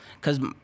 Cause